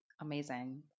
Amazing